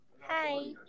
Hi